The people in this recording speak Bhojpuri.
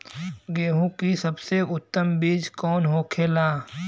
गेहूँ की सबसे उत्तम बीज कौन होखेला?